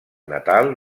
natal